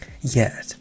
Yes